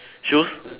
shoes